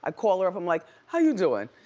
i call her up, i'm like, how you doing?